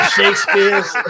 Shakespeare's